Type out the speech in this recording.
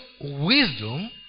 wisdom